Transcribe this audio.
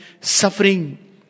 suffering